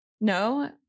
no